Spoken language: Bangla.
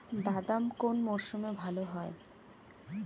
বাদাম কোন মরশুমে ভাল হয়?